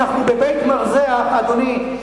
בבית-מרזח, אדוני.